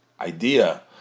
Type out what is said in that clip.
idea